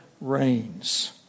reigns